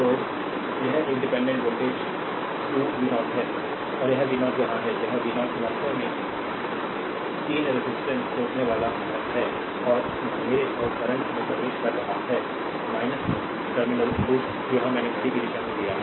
और यह एक डिपेंडेंट वोल्टेज 2 v0 है और यह v0 यहाँ है यह v0 वास्तव में 3 resist your रोकनेवाला भर में है और मेरे और करंट में प्रवेश कर रहा है टर्मिनल लूप यह मैंने घड़ी की दिशा में लिया है